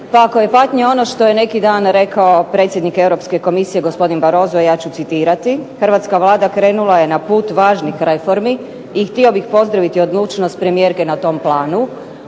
Pa ako je patnja ono što je neki dan rekao predsjednik Europske Komisije gosopdin Barroso, ja ću citirati: "Hrvatska Vlada krenula je na put važnih reformi, i htio bih pozdraviti odlučnost premijerke na tom planu.",